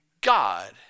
God